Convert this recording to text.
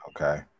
Okay